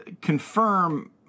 confirm